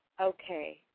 okay